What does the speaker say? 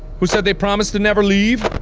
who said they promise to never leave?